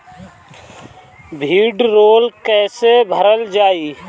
भीडरौल कैसे भरल जाइ?